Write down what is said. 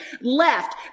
left